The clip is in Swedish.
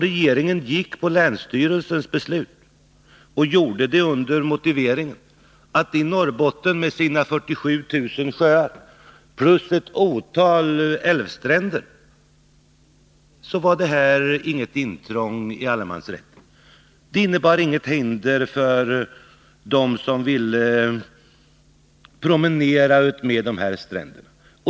Regeringen gick på länsstyrelsens beslut och gjorde det under motivering att när det gäller Norrbotten med dess 47 000 sjöar plus ett otal älvstränder var detta inget intrång i allemansrätten. Det innebar inget hinder för dem som ville promenera utmed stränderna.